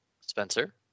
Spencer